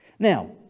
Now